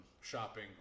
shopping